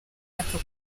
ako